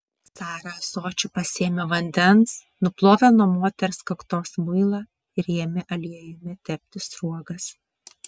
sara ąsočiu pasėmė vandens nuplovė nuo moters kaktos muilą ir ėmė aliejumi tepti sruogas